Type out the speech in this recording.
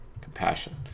Compassion